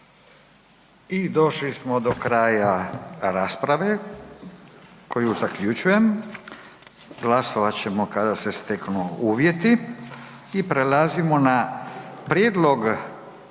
I došli smo do kraja rasprave koju zaključujem. Glasovat ćemo kada se steknu uvjeti **Jandroković,